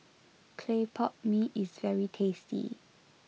Clay Pot Mee is very tasty